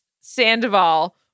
Sandoval